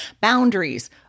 Boundaries